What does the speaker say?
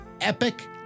epic